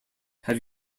have